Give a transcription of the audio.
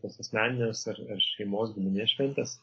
tas asmeninės ar ar šeimos giminės šventės